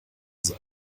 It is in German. sein